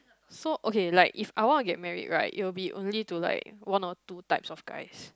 so okay like if I wanna get married right it will be only to like one or two types of guys